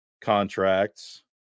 contracts